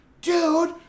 Dude